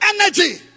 energy